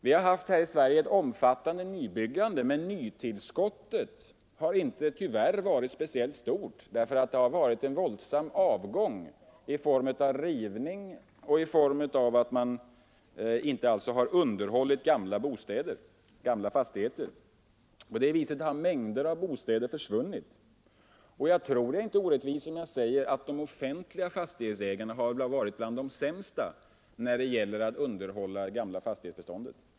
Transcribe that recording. Vi har i Sverige haft ett omfattande nybyggande, men nytillskottet av lägenheter har tyvärr inte varit så stort, därför att det varit en våldsam avgång i form av rivning och i form av att man inte underhållit gamla fastigheter. På det viset har mängder av bostäder försvunnit. Jag tror inte jag är orättvis om jag säger att de offentliga fastighetsägarna har varit bland de sämsta när det gäller att underhålla det gamla fastighetsbeståndet.